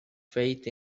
faith